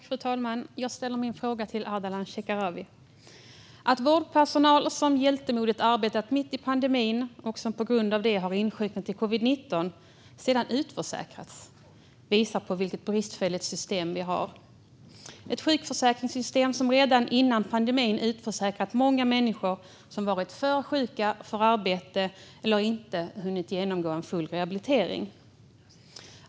Fru talman! Jag ställer min fråga till Ardalan Shekarabi. Att vårdpersonal som hjältemodigt arbetat mitt i pandemin och på grund av det har insjuknat i covid-19 sedan utförsäkrats visar vilket bristfälligt system vi har - ett sjukförsäkringssystem som redan före pandemin utförsäkrat många människor som varit för sjuka för arbete eller inte hunnit genomgå en full rehabilitering.